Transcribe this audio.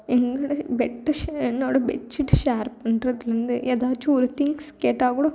எங்களோட பெட் என்னோட bedsheet share பண்றதுலேருந்து ஏதாச்சும் ஒரு திங்ஸ் கேட்டாக் கூட